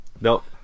nope